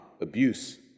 abuse